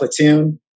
platoon